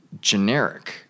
generic